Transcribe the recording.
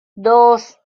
dos